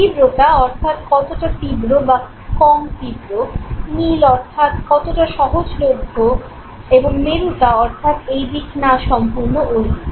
তীব্রতা অর্থাৎ কতটা তীব্র বা কম তীব্র মিল অর্থাৎ কতটা সহজলভ্য এবং মেরুতা অর্থাৎ এইদিক না সম্পূর্ণ ওইদিক